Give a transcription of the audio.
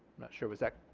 not sure was that,